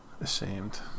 Ashamed